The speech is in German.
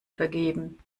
vergeben